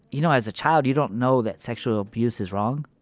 you know, as a child, you don't know that sexual abuse is wrong.